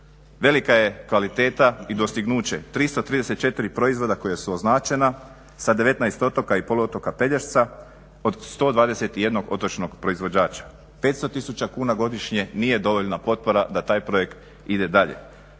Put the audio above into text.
Velika je kvaliteta i dostignuće 334 proizvoda koja su označena sa 19 otoka i poluotoka Pelješca od 121 otočnog proizvođača. 500 tisuća kuna godišnje nije dovoljna potpora da taj projekt ide dalje.